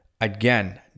again